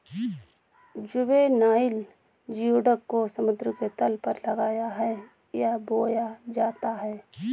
juvenile geoduck को समुद्र के तल पर लगाया है या बोया जाता है